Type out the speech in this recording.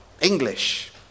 English